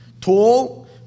Tall